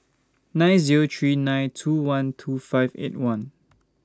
nine Zero three nine two one two five eight one